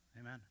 Amen